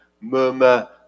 murmur